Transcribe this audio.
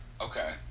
Okay